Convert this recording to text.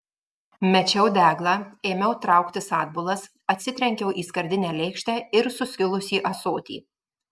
mečiau deglą ėmiau trauktis atbulas atsitrenkiau į skardinę lėkštę ir suskilusį ąsotį